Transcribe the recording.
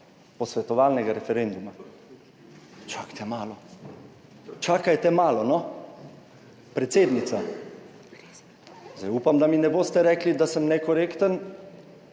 posvetovalnega referenduma. Čakajte malo, čakajte malo, no. Predsednica! Zdaj upam, da mi ne boste rekli, da sem nekorekten,